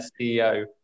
CEO